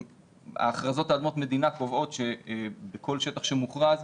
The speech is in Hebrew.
ההכרזות על אדמות מדינה קובעות שבכל שטח שמוכרז,